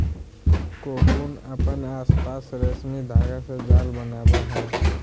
cocoon अपन आसपास रेशमी धागा से जाल बनावय हइ